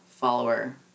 follower